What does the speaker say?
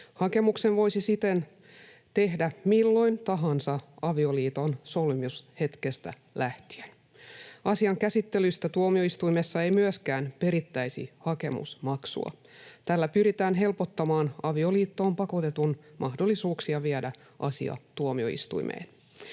Hakemuksen voisi siten tehdä milloin tahansa avioliiton solmimishetkestä lähtien. Asian käsittelystä tuomioistuimessa ei myöskään perittäisi hakemusmaksua. Tällä pyritään helpottamaan avioliittoon pakotetun mahdollisuuksia viedä asia tuomioistuimeen.